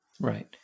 Right